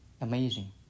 amazing